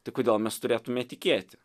tai kodėl mes turėtume tikėti